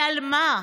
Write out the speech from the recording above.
ועל מה,